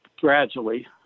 gradually